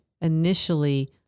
initially